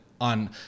on –